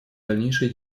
дальнейшей